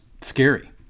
scary